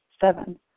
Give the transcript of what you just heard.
Seven